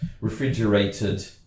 refrigerated